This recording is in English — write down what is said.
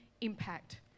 impact